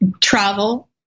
travel